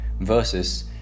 versus